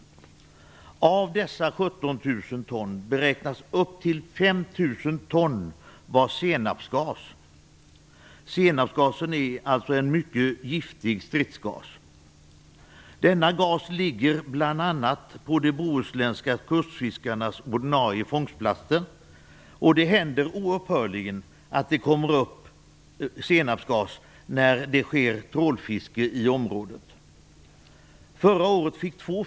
Av dessa 17 000 ton beräknas upp till 5 000 ton vara senapsgas. Senapsgasen är en mycket giftig stridsgas. Denna gas ligger bl.a. på de bohuslänska kustfiskarnas ordinarie fångstplatser, och det händer oupphörligen att det kommer upp senapsgas när det sker trålfiske i området.